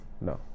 No